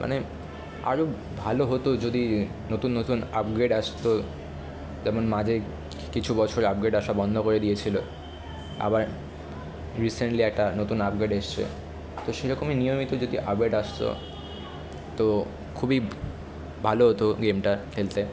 মানে আরও ভালো হতো যদি নতুন নতুন আপগ্রেড আসত যেমন মাঝে কিছু বছর আপগ্রেড আসা বন্ধ করে দিয়েছিল আবার রিসেন্টলি একটা নতুন আপগ্রেড এসেছে তো সেরকমই নিয়মিত যদি আপগ্রেড আসত তো খুবই ভালো হতো গেমটা খেলতে